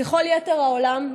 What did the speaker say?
ככל יתר העולם,